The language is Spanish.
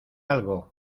algo